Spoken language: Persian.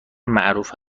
معروف